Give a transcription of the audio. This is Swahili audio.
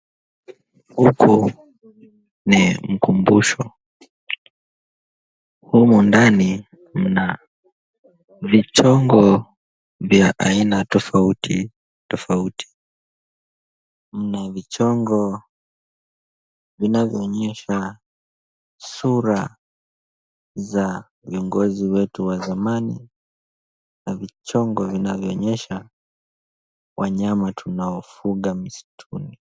Huku ni mkumbusho. Humo ndani mna vichongo vya aina tofauti tofauti. Mna vichongo vinavyoonyesha sura za viongozi wetu wa zamani na vichongo vinavyoonyesha wanyama tunaofuga misituni.